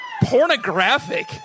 Pornographic